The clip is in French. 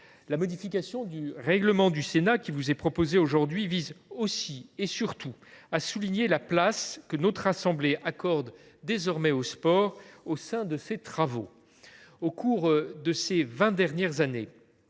La modification du règlement du Sénat qui vous est proposée aujourd’hui vise aussi et, surtout, à souligner la place que notre assemblée accorde désormais au sport dans ses travaux. Au cours de ces vingt dernières années,